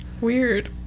weird